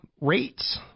Rates